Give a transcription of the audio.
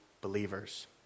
believers